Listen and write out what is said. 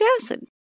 acid